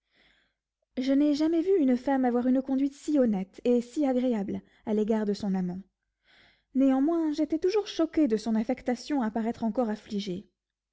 je n'ai jamais vu une femme avoir une conduite si honnête et si agréable à l'égard de son amant néanmoins j'étais toujours choqué de son affectation à paraître encore affligée